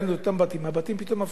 הבתים פתאום הפכו לבתים אחרים.